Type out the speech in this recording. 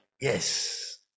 yes